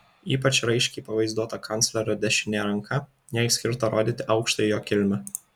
ypač raiškiai pavaizduota kanclerio dešinė ranka jai skirta rodyti aukštą jo kilmę